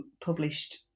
published